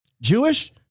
Jewish